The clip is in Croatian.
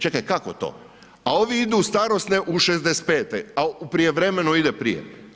Čekaj, kako to? a ovi idu u starosnu u 65 a u prijevremenu ide prije.